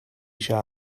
eisiau